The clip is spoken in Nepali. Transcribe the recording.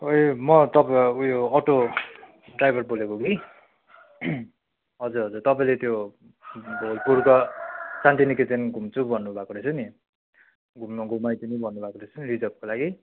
उयो म तपाईँको उयो अटो ड्राइभर बोलेको कि हजुर हजुर तपाईँले त्यो दुर्ग ग शान्तिनिकेतन घुम्छु भन्नुभएको रहेछ नि घुम्नु घुमाइदिनु भन्नुभएको रहेछ नि रिजर्भको लागि